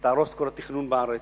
שתהרוס את כל התכנון בארץ,